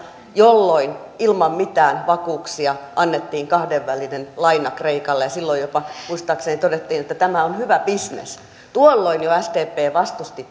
jolloin ilman mitään vakuuksia annettiin kahdenvälinen laina kreikalle ja silloin jopa muistaakseni todettiin että tämä on hyvä bisnes tuolloin jo sdp vastusti